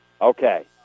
okay